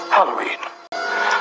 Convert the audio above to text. Halloween